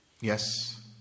Yes